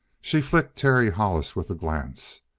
she flicked terry hollis with a glance.